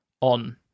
on